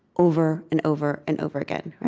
over and over and over again.